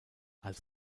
als